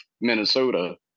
Minnesota